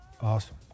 awesome